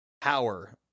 power